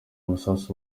masasu